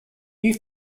new